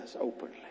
openly